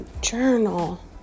journal